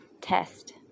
test